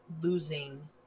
losing